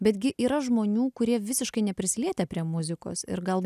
bet gi yra žmonių kurie visiškai neprisilietę prie muzikos ir gal